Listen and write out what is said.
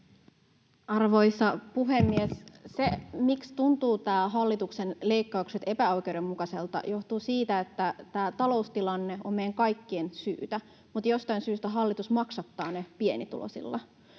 Arvoisa puhemies! Se, miksi nämä hallituksen leikkaukset tuntuvat epäoikeudenmukaisilta, johtuu siitä, että tämä taloustilanne on meidän kaikkien syytä, mutta jostain syystä hallitus maksattaa ne pienituloisilla.